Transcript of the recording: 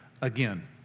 again